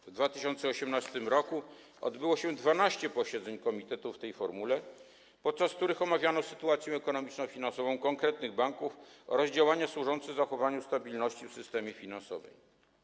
W 2018 r. odbyło się 12 posiedzeń komitetu w tej formule, podczas których omawiano sytuację ekonomiczno-finansową konkretnych banków oraz działania służące zachowaniu stabilności w systemie finansowym.